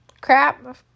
crap